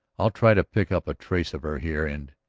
i'll try to pick up a trace of her here. and.